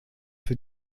für